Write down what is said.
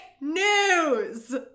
news